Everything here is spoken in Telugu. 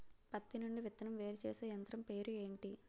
పత్తి నుండి విత్తనం వేరుచేసే యంత్రం పేరు ఏంటి